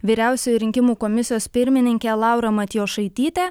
vyriausioji rinkimų komisijos pirmininkė laura matjošaitytė